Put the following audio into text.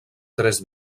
tres